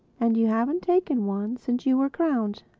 and you haven't taken one since you were crowned,